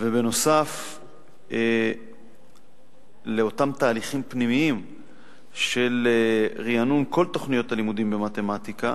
ונוסף על אותם תהליכים פנימיים של רענון כל תוכניות הלימודים במתמטיקה,